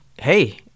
hey